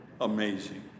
amazing